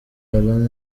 lallana